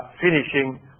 finishing